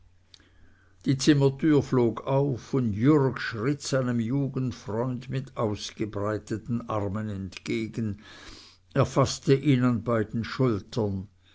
die zimmertür flog auf und jürg schritt seinem jugendfreunde mit ausgebreiteten armen entgegen er faßte ihn an beiden schultern